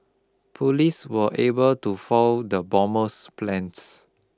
police were able to foil the bomber's plans